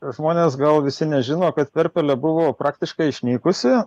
žmonės gal visi nežino kad perpelė buvo praktiškai išnykusi